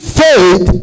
faith